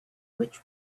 which